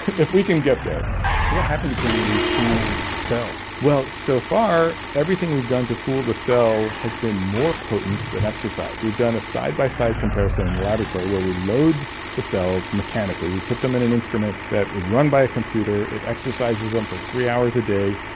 if we can get there! so what happens when you fool the cell? well, so far everything we've done to fool the cell has been more potent than exercise. we've done a side-by-side comparison in the laboratory where we load the cells mechanically, we put them in an instrument that is run by a computer, it exercises them for three hours a day,